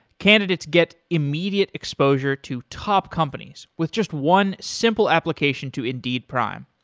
candidates get immediate exposure to top companies with just one simple application to indeed prime.